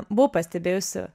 buvau pastebėjusi